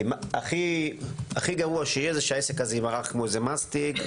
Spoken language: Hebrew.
הכי גרוע שיהיה זה שהעסק הזה יימרח כמו איזה מסטיק.